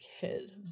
kid